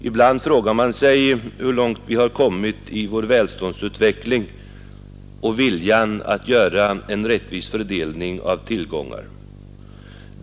Ibland frågar man sig hur långt vi har kommit i vår välståndsutveckling och viljan att göra en rättvis fördelning av tillgångar.